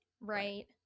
Right